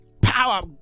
power